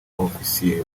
ofisiye